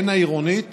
הן העירונית